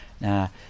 Now